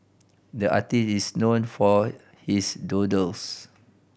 the artist is known for his doodles